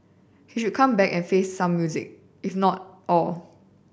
he should come back and face some music if not all